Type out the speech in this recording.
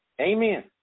Amen